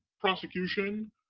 prosecution